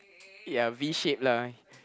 ya V shape lah